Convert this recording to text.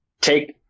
take